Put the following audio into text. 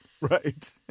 Right